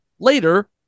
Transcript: Later